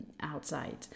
outside